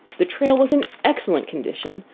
the trail was in excellent condition,